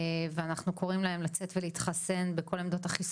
ואנחנו קוראים להם לצאת ולהתחסן בכל עמדות החיסונים.